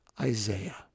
Isaiah